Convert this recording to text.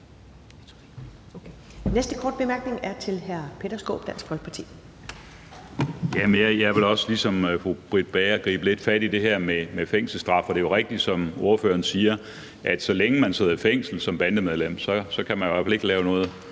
næste korte bemærkning er til hr. Peter Skaarup, Dansk Folkeparti.